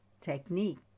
technique